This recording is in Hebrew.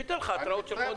שייתן לך התרעות של חודש.